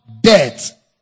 death